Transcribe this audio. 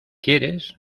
quieres